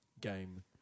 game